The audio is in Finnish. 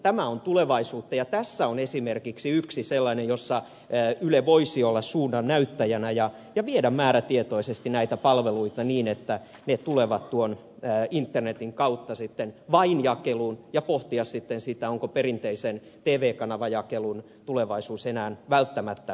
tämä on tulevaisuutta ja tässä on esimerkiksi yksi sellainen asia jossa yle voisi olla suunnannäyttäjänä ja viedä määrätietoisesti näitä palveluita niin että ne tulevat tuon internetin kautta sitten vain jakeluun ja pohtia sitten sitä onko perinteisen tv kanavajakelun merkitys tulevaisuudessa enää välttämättä niin suuri